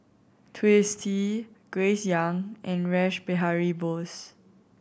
Twisstii Grace Young and Rash Behari Bose